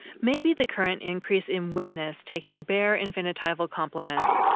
maybe the current increase in witness taking bare infinitival complements,